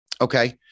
Okay